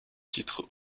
titres